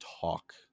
talk